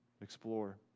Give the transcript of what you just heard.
explore